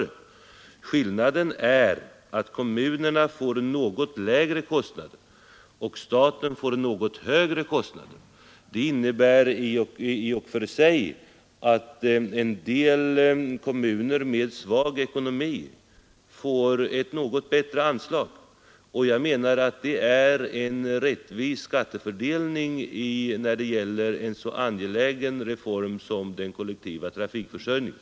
Skillnaden är att kommunerna får något lägre kostnader och staten något högre. Det innebär i och för sig att en del kommuner med svag ekonomi får ett något bättre anslag. Jag anser att det utgör en rättvis skattefördelning när det gäller en så angelägen sak som den kollektiva trafikförsörjningen.